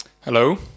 Hello